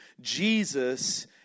Jesus